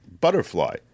butterfly